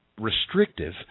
Restrictive